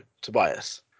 Tobias